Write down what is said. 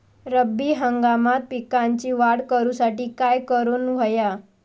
रब्बी हंगामात पिकांची वाढ करूसाठी काय करून हव्या?